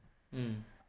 um